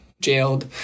jailed